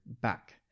back